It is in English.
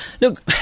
Look